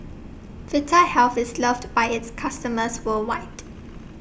Vitahealth IS loved By its customers worldwide